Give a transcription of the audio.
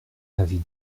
avis